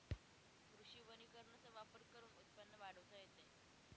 कृषी वनीकरणाचा वापर करून उत्पन्न वाढवता येते